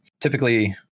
Typically